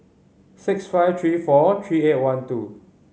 six five three four three eight one two